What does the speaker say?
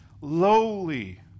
lowly